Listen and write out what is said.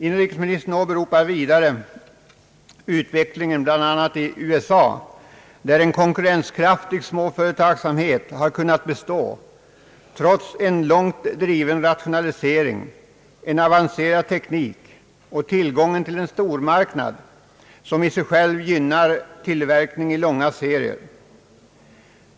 Inrikesministern åberopar vidare utvecklingen bl.a. i USA, där en konkurrenskraftig småföretagsamhet har kunnat bestå trots en långt driven rationalisering, avancerad teknik och tillgången till en stormarknad som i sig själv gynnar tillverkning i långa serier.